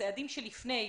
בצעדים שלפני.